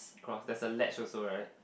cross there's a ledge also right